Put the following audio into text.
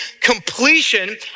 completion